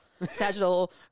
sagittal